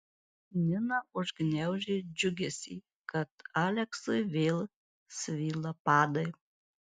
nina užgniaužė džiugesį kad aleksui vėl svyla padai